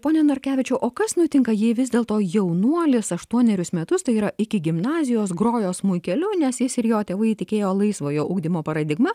pone norkevičiau o kas nutinka jei vis dėlto jaunuolis aštuonerius metus tai yra iki gimnazijos grojo smuikeliu nes jis ir jo tėvai įtikėjo laisvojo ugdymo paradigma